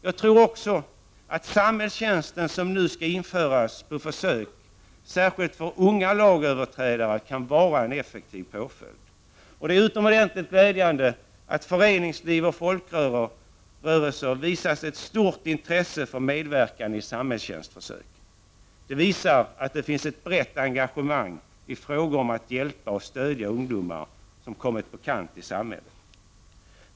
Jag tror också att samhällstjänsten, som nu skall införas på försök, kan vara en effektiv påföljd särskilt för unga lagöverträdare. Det är utomordentligt glädjande att föreningslivet och folkrörelserna visat ett så stort intresse för att medverka i samhällstjänstförsöket. Det visar att det finns ett brett engagemang när det gäller att hjälpa och stödja ungdomar som kommit på kant i samhället.